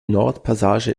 nordpassage